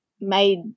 made